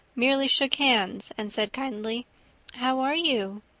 merely shook hands and said kindly how are you?